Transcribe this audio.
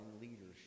leadership